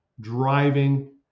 driving